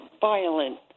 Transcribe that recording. violent